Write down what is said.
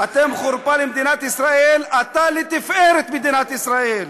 "אתם חרפה למדינת ישראל" אתה לתפארת מדינת ישראל.